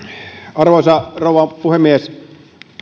arvoisa rouva puhemies